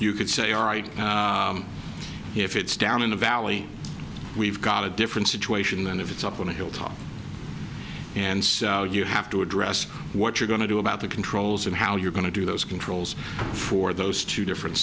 you could say all right if it's down in the valley we've got a different situation than if it's up on a hilltop and so you have to address what you're going to do about the controls and how you're going to do those controls for those two different